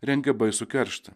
rengia baisų kerštą